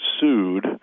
sued